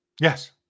Yes